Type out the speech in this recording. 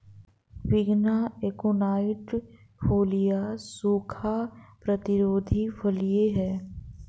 विग्ना एकोनाइट फोलिया सूखा प्रतिरोधी फलियां हैं